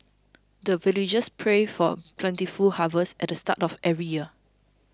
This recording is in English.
the villagers pray for plentiful harvest at the start of every year